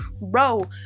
Bro